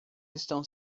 estão